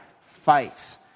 fights